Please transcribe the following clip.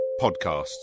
podcasts